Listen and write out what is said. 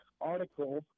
article